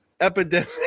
epidemic